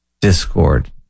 discord